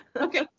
Okay